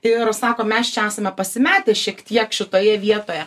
ir sako mes čia esame pasimetę šiek tiek šitoje vietoje